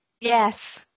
Yes